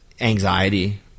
anxiety